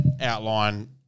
Outline